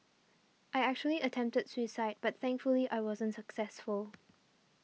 I actually attempted suicide but thankfully I wasn't successful